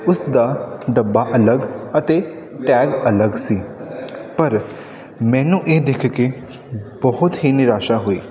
ਉਸਦਾ ਡੱਬਾ ਅਲੱਗ ਅਤੇ ਟੈਗ ਅਲੱਗ ਸੀ ਪਰ ਮੈਨੂੰ ਇਹ ਦੇਖ ਕੇ ਬਹੁਤ ਹੀ ਨਿਰਾਸ਼ਾ ਹੋਈ